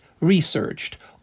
researched